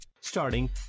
Starting